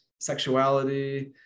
sexuality